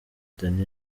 danny